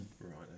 Right